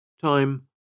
Time